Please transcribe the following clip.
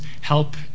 help